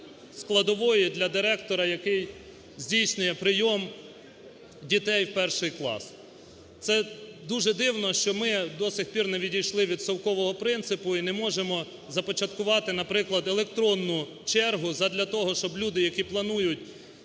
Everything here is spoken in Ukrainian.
складової для директора, який здійснює прийом дітей в перший клас. Це дуже дивно, що ми до сих пір не відійшли від совкового принципу і не можемо започаткувати, наприклад, електронну чергу задля того, щоб люди, які планують